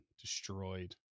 destroyed